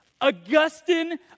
Augustine